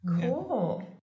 cool